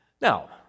Now